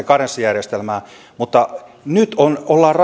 karenssijärjestelmään mutta nyt ollaan rakentamassa